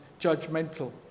judgmental